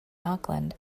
auckland